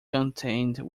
contained